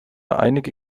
einige